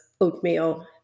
oatmeal